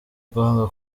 rwanga